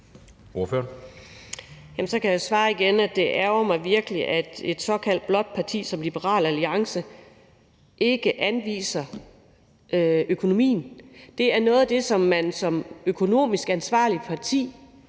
så kan jeg svare igen, at det virkelig ærgrer mig, at et såkaldt blåt parti som Liberal Alliance ikke anviser økonomien. Det er noget af det, som man som økonomisk ansvarligt parti